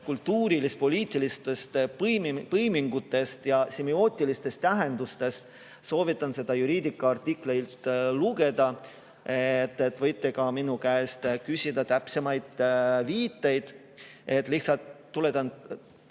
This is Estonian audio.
kultuurilis-poliitilistest põimingutest ja semiootilistest tähendustest, soovitan seda Juridica artiklit lugeda. Võite ka minu käest küsida täpsemaid viiteid. Aga ma lihtsalt tuletan